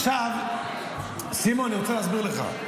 עכשיו, סימון, אני רוצה להסביר לך.